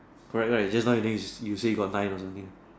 correct right just now you doing you say you got nine or something right